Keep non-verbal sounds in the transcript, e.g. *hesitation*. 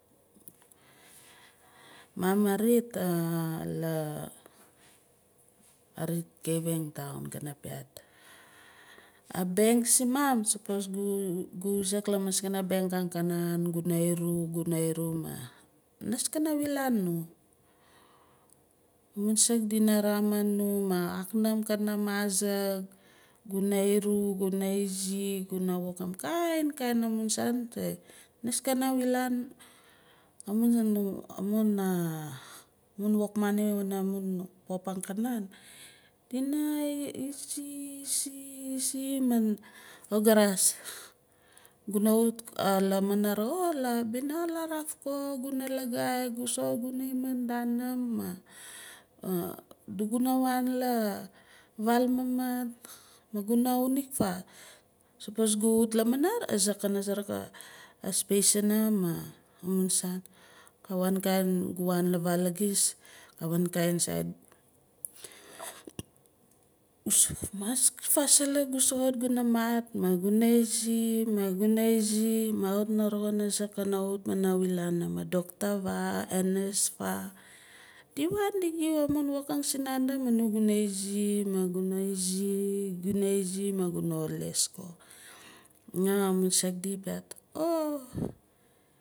Maam arit a la arit kavieng town gana piat. A bank si maam sapos gu wisik lamas kana bank ang kanan guna iru guna iru ma nis kana wilan nu? Amun saak dino ramin nu ma axaaknum kana masik guna iru guna izi guna wokang kainkain amun san ma nis kana wilan amum amun nokman wana mum pop angkanaan dina isi- isi- isi maan kawit ga rexas guna wut lamanar xo la bina ka laroof ko guna lagaai gu soxot guna himin daanim ma *hesitation* adu guna wan laa vaal mumut maguna uniq faa? Sopos gu wut lamanar a saak kana suruk a space sumun ma amun san ka wainkain gu wan la vaal a gis ka wan kain sait. Vadilik gu soxot guna maat maguna izi maguna izi ma kawit na roxin azaak kana wut kana wilan num a doctor vaar a nurse vaar di wan di giu amun woking si nandi ma nu guna izi ma guna izi ma guna les ko ma amun a saak di piat o